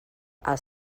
els